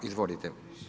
Izvolite.